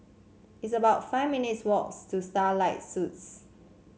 it's about five minutes' walks to Starlight Suites